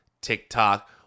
TikTok